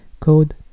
Code